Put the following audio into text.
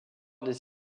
des